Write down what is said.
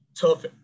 tough